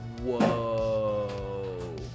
Whoa